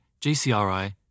GCRI